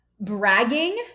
bragging